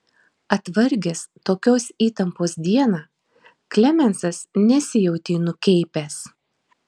atvargęs tokios įtampos dieną klemensas nesijautė nukeipęs